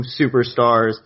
superstars